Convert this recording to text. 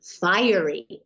fiery